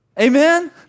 Amen